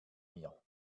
mir